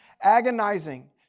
Agonizing